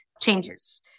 changes